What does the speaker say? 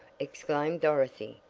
exclaimed dorothy,